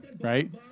Right